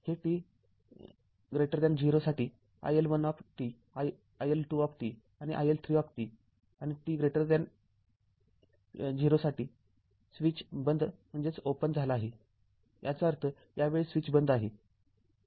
हे t 0 साठी iL१ iL२ आणि iL ३ आहे आणि t 0 वर स्विच बंद झाला आहे याचा अर्थ यावेळी स्विच बंद आहे